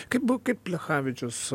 kaip bu kaip plechavičius